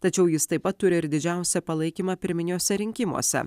tačiau jis taip pat turi ir didžiausią palaikymą pirminiuose rinkimuose